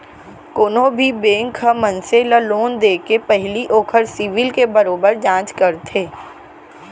कोनो भी बेंक ह मनसे ल लोन देके पहिली ओखर सिविल के बरोबर जांच करथे